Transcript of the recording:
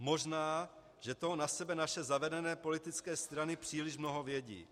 Možná že toho na sebe naše zavedené politické strany příliš mnoho vědí.